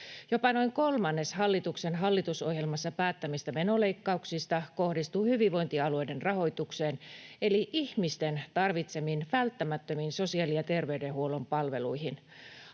Jopa noin kolmannes hallituksen hallitusohjelmassa päättämistä menoleikkauksista kohdistuu hyvinvointialueiden rahoitukseen eli ihmisten tarvitsemiin välttämättömiin sosiaali- ja terveydenhuollon palveluihin.